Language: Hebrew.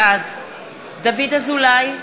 בעד דוד אזולאי,